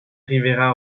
rivera